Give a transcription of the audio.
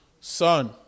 Son